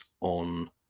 on